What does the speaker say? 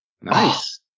Nice